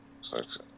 Six